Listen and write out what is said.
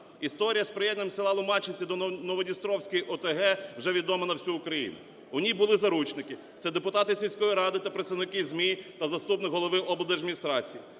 Історія з приєднанням селаЛомачинці до Новодністровської ОТГ вже відома на всю Україну. У ній були заручники, це депутати сільської ради та представники ЗМІ та заступник голови облдержадміністрації.